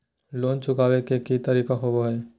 Loan चुकाबे के की तरीका होबो हइ?